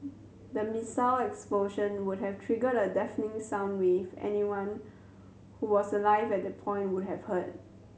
the missile explosion would have triggered a deafening sound wave anyone who was alive at that point would have heard